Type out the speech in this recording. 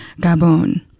Gabon